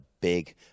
big